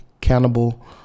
cannibal